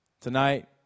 Tonight